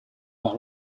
par